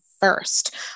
first